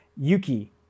Yuki